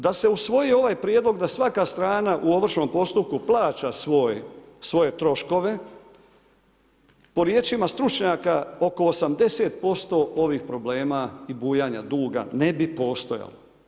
Da se usvoji ovaj prijedlog da svaka strana u ovršnom postupku plaća svoje troškove, po riječima stručnjaka oko 80% ovih problema i bujanja duga ne bi postojalo.